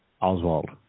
Oswald